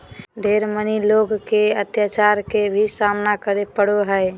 ढेर मनी लोग के अत्याचार के भी सामना करे पड़ो हय